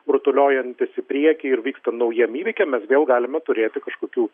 rutuliojantis į priekį ir vykstant naujiem įvykiam mes vėl galime turėti kažkokių